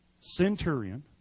centurion